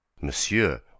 monsieur